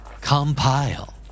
Compile